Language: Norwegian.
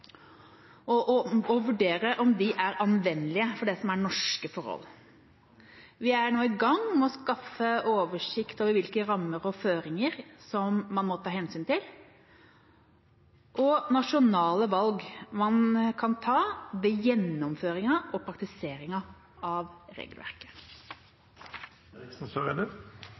og å vurdere om de er anvendelige for norske forhold. Vi er nå i gang med å skaffe oversikt over hvilke rammer og føringer som man må ta hensyn til, og over nasjonale valg man kan ta ved gjennomføringen og praktiseringen av